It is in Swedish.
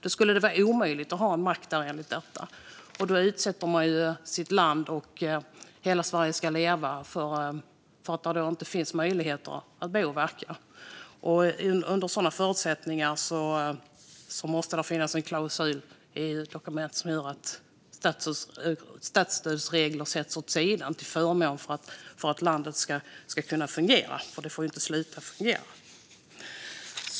Då skulle det vara omöjligt att ha en mack där. Och då drabbas landet och idén om att hela Sverige ska leva eftersom det inte finns möjligheter att bo och verka överallt. Under sådana förutsättningar måste det finnas en klausul i ett EU-dokument som gör att statsstödsregler åsidosätts till förmån för att landet ska kunna fungera, för det får ju inte sluta fungera.